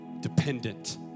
dependent